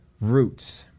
roots